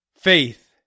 faith